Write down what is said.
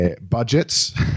budgets